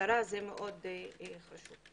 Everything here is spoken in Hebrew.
המשטרה זה חשוב מאוד.